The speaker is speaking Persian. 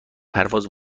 پرواز